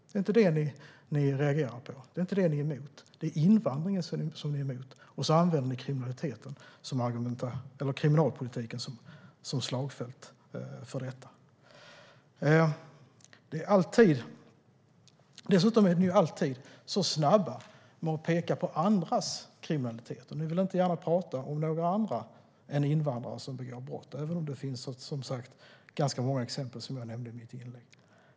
Det är inte brotten ni reagerar på, utan det är invandringen som ni är emot, och så använder ni kriminalpolitiken som slagfält. Dessutom är ni alltid så snabba att peka på andras kriminalitet. Ni vill inte gärna tala om att andra än invandrare begår brott, även om det finns ganska många exempel, som jag nämnde i mitt inlägg.